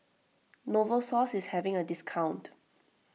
Novosource is having a discount